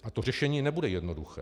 A to řešení nebude jednoduché.